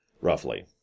Roughly